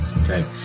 Okay